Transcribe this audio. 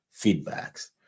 feedbacks